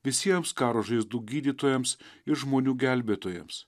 visiems karo žaizdų gydytojams ir žmonių gelbėtojams